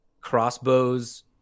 crossbows